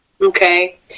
Okay